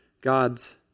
gods